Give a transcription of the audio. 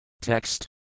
Text